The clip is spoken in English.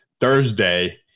Thursday